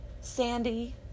Sandy